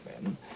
men